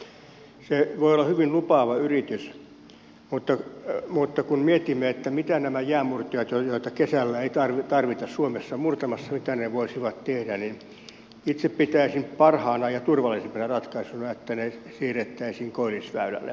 se voi olla hyvin lupaava yritys mutta kun mietimme mitä nämä jäänmurtajat joita kesällä ei tarvita suomessa murtamassa voisivat tehdä niin itse pitäisin parhaana ja turvallisimpana ratkaisuna että ne siirrettäisiin koillisväylälle